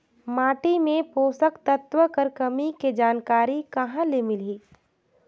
माटी मे पोषक तत्व कर कमी के जानकारी कहां ले मिलही?